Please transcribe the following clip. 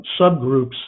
subgroups